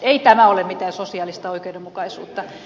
ei tämä ole mitään sosiaalista oikeudenmukaisuutta